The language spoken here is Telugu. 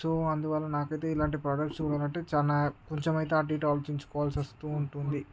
సో అందువల్ల నాకైతే ఇలాంటి ప్రొడక్ట్స్ కొనాలంటే చానా కొంచెం అయితే అటు ఇటు ఆలోచించుకోవాల్సి వస్తూ ఉంటుంది